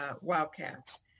Wildcats